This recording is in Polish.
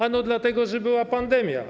Ano dlatego, że była pandemia.